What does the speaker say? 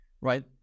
Right